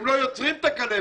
הם לא יוצרים את הכלבת.